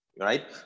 Right